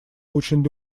очень